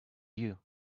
you